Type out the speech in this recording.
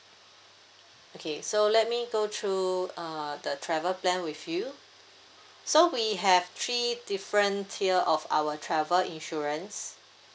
okay so let me go through uh the travel plan with you so we have three different tier of our travel insurance